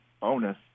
bonus